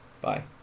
Bye